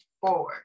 forward